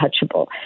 untouchable